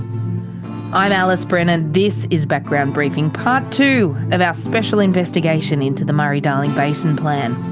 i'm alice brennan, this is background briefing, part two of our special investigation into the murray-darling basin plan.